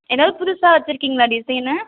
ஏதாவது புதுசாக வச்சுருக்கீங்ளா டிசைன்னு